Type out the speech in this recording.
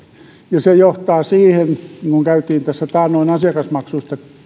ja se johtaa siihen niin kuin käytiin tässä taannoin asiakasmaksuista